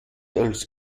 als